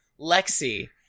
Lexi